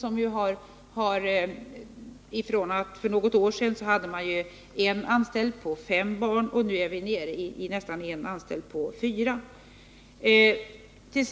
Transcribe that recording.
Från att man för något år sedan hade en anställd på fem barn har man nu nära nog en anställd på fyra barn.